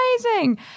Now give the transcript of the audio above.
amazing